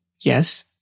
yes